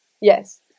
Yes